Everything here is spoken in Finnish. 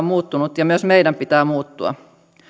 muuttunut ja myös meidän pitää muuttua